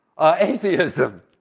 atheism